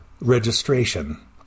registration